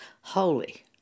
holy